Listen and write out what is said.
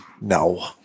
No